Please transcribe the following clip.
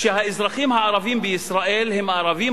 שהאזרחים הערבים בישראל הם הערבים